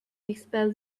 expel